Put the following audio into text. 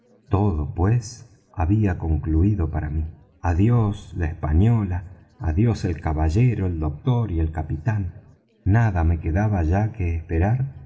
todo pues había concluído para mí adiós la española adiós el caballero el doctor y el capitán nada me quedaba ya que esperar